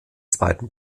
zweiten